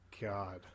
god